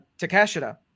Takashita